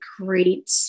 great